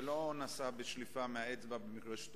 אני מבקש להוסיף